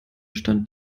stand